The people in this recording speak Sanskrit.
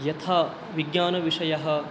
यथा विज्ञानविषयः